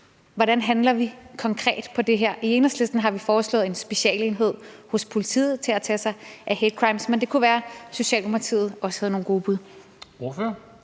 hvordan vi handler konkret på det her. I Enhedslisten har vi foreslået en specialenhed hos politiet til at tage sig af hate crimes, men det kunne være, at Socialdemokratiet også havde nogle gode bud.